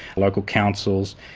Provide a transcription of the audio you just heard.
local councils,